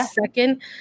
second